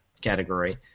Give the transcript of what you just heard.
category